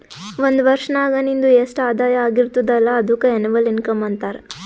ಒಂದ್ ವರ್ಷನಾಗ್ ನಿಂದು ಎಸ್ಟ್ ಆದಾಯ ಆಗಿರ್ತುದ್ ಅಲ್ಲ ಅದುಕ್ಕ ಎನ್ನವಲ್ ಇನ್ಕಮ್ ಅಂತಾರ